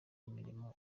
imirimo